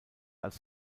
als